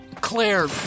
Claire